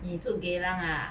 你住 geylang ah